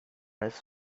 his